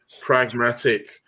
pragmatic